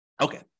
okay